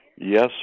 Yes